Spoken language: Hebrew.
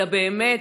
אלא באמת,